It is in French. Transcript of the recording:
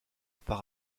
par